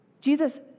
Jesus